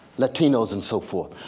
latinos and so forth.